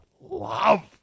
love